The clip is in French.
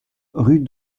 rue